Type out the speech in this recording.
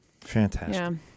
Fantastic